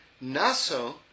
Naso